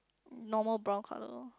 normal brown colour orh